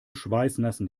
schweißnassen